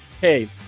Hey